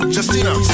Justina